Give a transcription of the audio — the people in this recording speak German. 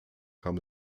kam